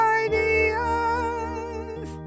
ideas